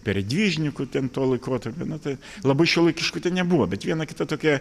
peredvižnikų ten tuo laikotarpiu na tai labai šiuolaikiškų ten nebuvo bet viena kita tokia